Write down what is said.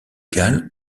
galle